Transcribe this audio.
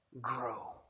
grow